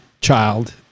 child